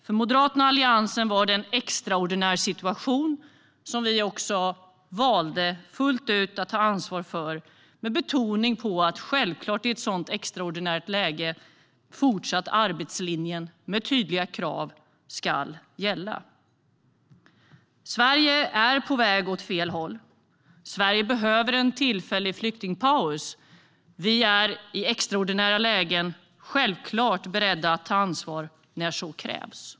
För Moderaterna och Alliansen var det en extraordinär situation som vi valde att fullt ut ta ansvar för med betoning på att arbetslinjen självklart i ett sådant extraordinärt läge fortsatt ska gälla. Sverige är på väg åt fel håll. Sverige behöver en tillfällig flyktingpaus. Vi är i extraordinära lägen självklart beredda att ta ansvar när så krävs.